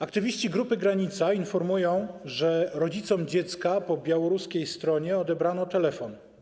Aktywiści z Grupy Granica informują, że rodzicom dziecka po białoruskiej stronie odebrano telefon.